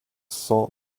salt